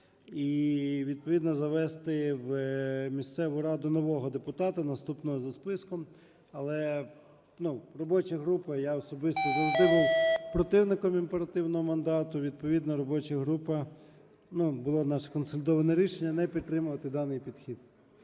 завести в місцеву раду нового депутата, наступного за списком. Але, ну, робоча група, я особисто завжди був противником імперативного мандату, відповідно, робоча група, ну, було наше консолідоване рішення - не підтримувати даний підхід.